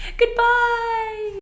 goodbye